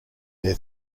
their